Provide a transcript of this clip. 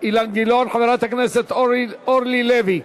חברת הכנסת אורלי לוי,